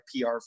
PR